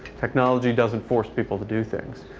technology doesn't force people to do things.